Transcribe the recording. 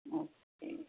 okay